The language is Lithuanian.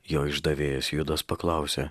jo išdavėjas judas paklausė